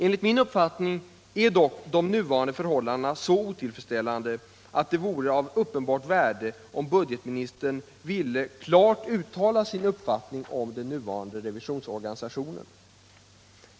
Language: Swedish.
Enligt min uppfattning är dock de nuvarande förhållandena så otillfredsställande att det vore av uppenbart värde om budgetministern ville klart uttala sin uppfattning om den nuvarande revisionsorganisationen.